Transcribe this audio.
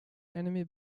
enemy